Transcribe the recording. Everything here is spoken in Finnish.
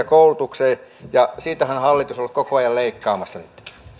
koulutukseen ja siitähän hallitus nytten on ollut koko ajan leikkaamassa